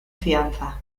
fianza